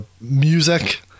music